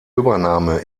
übernahme